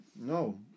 No